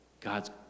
God's